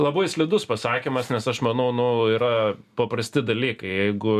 labai slidus pasakymas nes aš manau nu yra paprasti dalykai jeigu